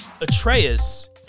Atreus